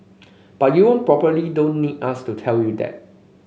but you probably don't need us to tell you that